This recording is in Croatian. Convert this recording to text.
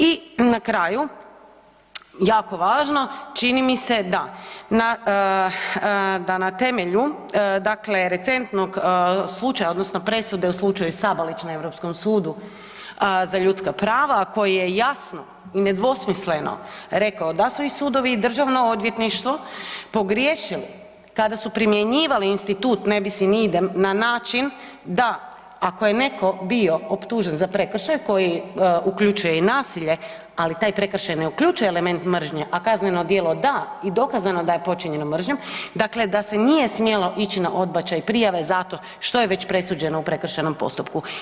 I na kraju jako važno, čini mi se da na temelju dakle recentnog slučaja odnosno presude u slučaju Sabalić na Europskom sudu za ljudska prava koji je jasno i nedvosmisleno rekao da su i sudovi i Državno odvjetništvo pogriješili kada su primjenjivali institut ne bis in idem na način da ako je netko bio optužen za prekršaj koji uključuje i nasilje, ali taj prekršaj ne uključuje element mržnje, ali kazneno djelo da i dokazano je da je počinjeno mržnjom, dakle da se nije smjelo ići na odbačaj prijave zato što je već presuđeno u prekršajnom postupku.